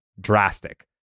drastic